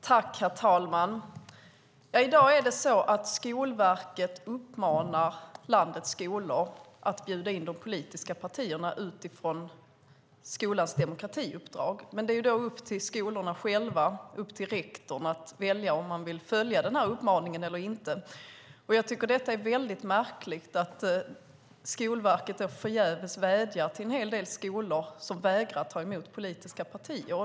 Herr talman! I dag uppmanar Skolverket landets skolor att bjuda in de politiska partierna utifrån skolans demokratiuppdrag. Det är dock upp till skolorna själva - upp till rektorerna - att välja om de vill följa uppmaningen eller inte. Jag tycker att det är väldigt märkligt att Skolverket förgäves vädjar till en hel del skolor som vägrar ta emot politiska partier.